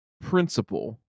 principle